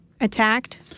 attacked